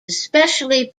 especially